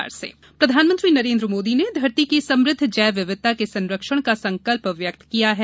पर्यावरण दिवस प्रधानमंत्री नरेंद्र मोदी ने धरती की समृद्ध जैव विविधता के संरक्षण का संकल्प व्यक्त किया है